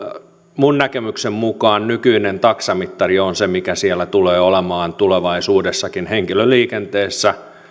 minun näkemykseni mukaan nykyinen taksamittari on se mikä siellä tulee olemaan tulevaisuudessakin henkilöliikenteessä